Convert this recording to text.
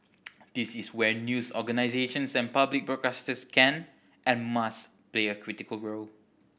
this is where news organisations and public broadcasters can and must play a critical role